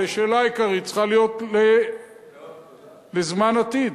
אבל השאלה העיקרית צריכה להיות בזמן עתיד.